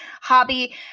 hobby